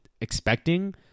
expecting